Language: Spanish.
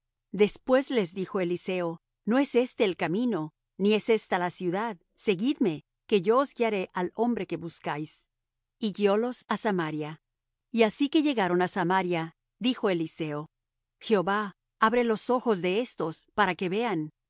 después les dijo eliseo no es este el camino ni es esta la ciudad seguidme que yo os guiaré al hombre que buscáis y guiólos á samaria y así que llegaron á samaria dijo eliseo jehová abre los ojos de éstos para que vean y